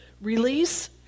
Release